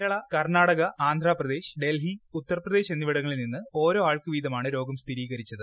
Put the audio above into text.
കേരള കർണാടക ആന്ധ്രാപ്രദേശ് ഡൽഹി ഉത്തർപ്രദേശ് എന്നിവിടങ്ങളിൽ നിന്ന് ഓരോ ആൾക്ക് വീതമാണ് രോഗം സ്ഥിരീകരിച്ചത്